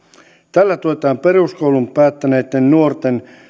tällä tuetaan peruskoulun päättäneitten nuorten